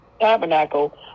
tabernacle